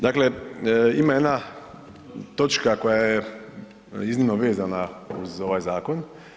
Dakle, ima jedna točka koja je iznimno vezana uz ovaj zakon.